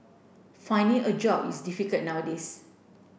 finding a job is difficult nowadays